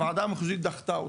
והוועדה המחוזית דחתה אותם,